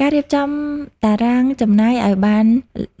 ការរៀបចំតារាងចំណាយឱ្យបាន